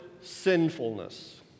sinfulness